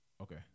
Okay